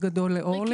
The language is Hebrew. לאורלי.